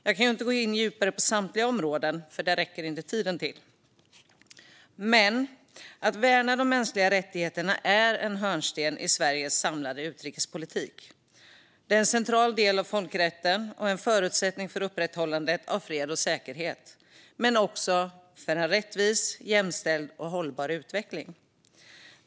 Jag kan inte gå in djupare på samtliga områden - tiden räcker inte till för det - men att värna de mänskliga rättigheterna är en hörnsten i Sveriges samlade utrikespolitik. Det är en central del av folkrätten och en förutsättning för upprätthållandet av fred och säkerhet men också för en rättvis, jämställd och hållbar utveckling.